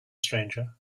stranger